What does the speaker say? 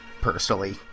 personally